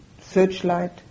searchlight